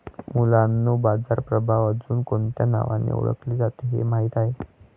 मुलांनो बाजार प्रभाव अजुन कोणत्या नावाने ओढकले जाते हे माहित आहे?